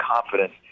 confidence